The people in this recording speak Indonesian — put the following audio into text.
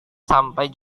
sampai